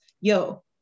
Yo